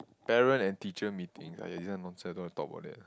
parent and teacher meeting !aiya! this one nonsense I don't want to talk about that